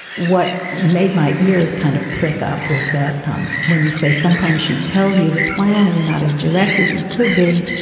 what made my ears kind of prick up was that um when you say sometimes she tells you the plan and you're not as direct as you could be.